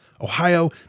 Ohio